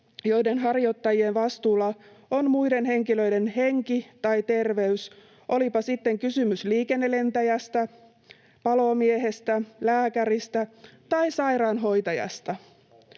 joiden harjoittajien vastuulla on muiden henkilöiden henki tai terveys, olipa sitten kysymys liikennelentäjästä, palomiehestä, lääkäristä tai sairaanhoitajasta.